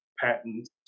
patents